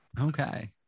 Okay